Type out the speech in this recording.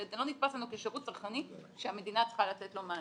שהוא לא נתפס לנו כשרות צרכני שהמדינה צריכה לתת לו מענה.